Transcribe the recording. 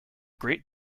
great